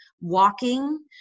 walking